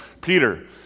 Peter